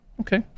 Okay